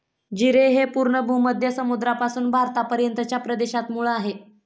जीरे हे पूर्व भूमध्य समुद्रापासून भारतापर्यंतच्या प्रदेशात मूळ आहे